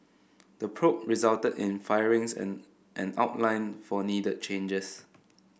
the probe resulted in firings and an outline for needed changes